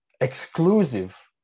exclusive